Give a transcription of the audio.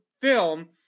film